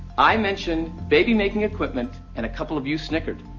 i mentioned baby making equipment and a couple of you snickered.